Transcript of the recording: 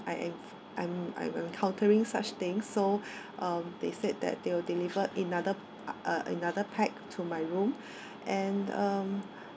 I am I'm I'm encountering such things so um they said that they will deliver another uh another pack to my room and um